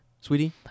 sweetie